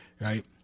Right